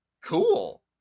cool